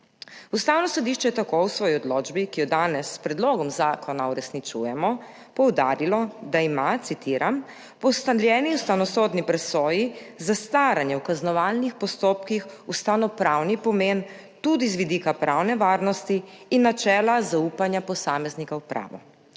Ustavno sodišče je tako v svoji odločbi, ki jo danes s predlogom zakona uresničujemo, poudarilo, da ima, citiram: »/…/ po ustaljeni ustavnosodni presoji zastaranje v kaznovalnih postopkih ustavnopravni pomen tudi z vidika pravne varnosti in načela zaupanja posameznika v pravo.